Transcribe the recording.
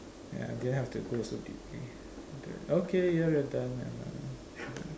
ya didn't have to go so deep okay ya we're done and uh